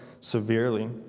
severely